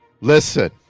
listen